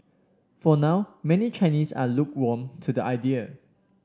for now many Chinese are lukewarm to the idea